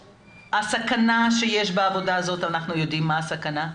הסכנה שיש בעבודה הזאת ואנחנו יודעים מה הסכנה.